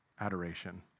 adoration